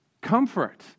comfort